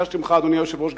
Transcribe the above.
אדוני היושב-ראש,